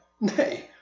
Nay